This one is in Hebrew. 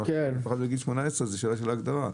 גיל 18 זה שאלה של הגדרה.